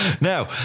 Now